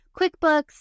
QuickBooks